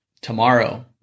tomorrow